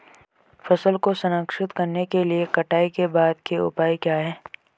फसल को संरक्षित करने के लिए कटाई के बाद के उपाय क्या हैं?